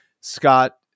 Scott